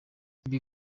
ibi